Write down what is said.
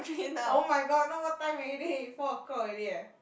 oh-my-god now what time already four o-clock already eh